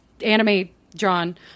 anime-drawn